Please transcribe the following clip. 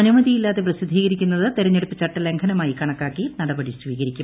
അനുമതിയില്ലാതെ പ്രസിദ്ധീകരിക്കുന്നത് തെരഞ്ഞെടുപ്പ് ചട്ടലംഘനമായി കണക്കാക്കി നടപടി സ്വീകരിക്കും